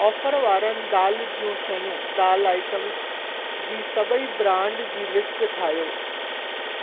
offer वारनि दाल जूं शयूं दाल आइटम्स जी सभेई ब्रांड जी लिस्ट ठाहियो